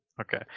okay